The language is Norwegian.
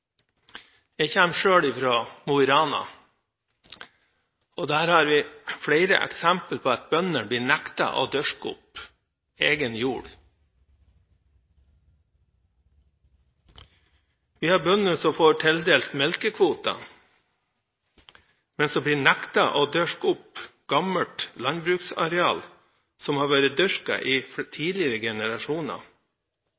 Jeg kommer selv fra Mo i Rana. Der har vi flere eksempler på at bøndene blir nektet å dyrke opp egen jord. Vi har bønder som får tildelt melkekvoter, men som blir nektet å dyrke opp gammelt landbruksareal, som har vært dyrket i